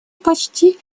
почти